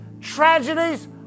tragedies